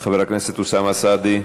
חבר הכנסת אוסאמה סעדי.